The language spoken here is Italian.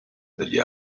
degli